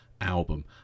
album